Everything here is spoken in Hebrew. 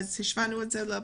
אז השווינו את זה ל-2019.